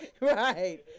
right